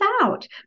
out